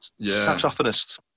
saxophonist